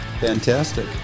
Fantastic